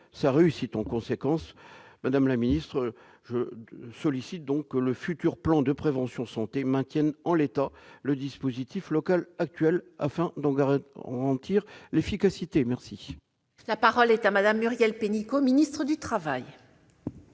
sa réussite. En conséquence, madame la ministre, je sollicite que le futur plan de prévention santé maintienne en l'état le dispositif local actuel, afin d'en garantir l'efficacité. La parole est à Mme la ministre du travail.